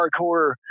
hardcore